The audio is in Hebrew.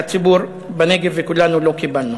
שהציבור בנגב וכולנו לא קיבלנו.